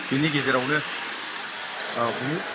बेनि गेजेरावनो औ